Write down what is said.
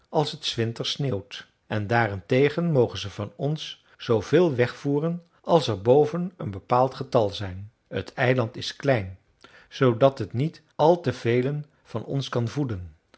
als het s winters sneeuwt en daarentegen mogen ze van ons zooveel wegvoeren als er boven een bepaald getal zijn het eiland is klein zoodat het niet al te velen van ons kan voeden